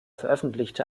veröffentlichte